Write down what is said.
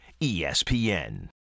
ESPN